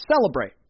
celebrate